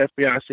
FBI